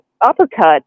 uppercut